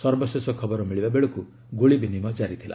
ସର୍ବଶେଷ ଖବର ମିଳିବା ବେଳକୁ ଗୁଳି ବିନିମୟ ଜାରି ଥିଲା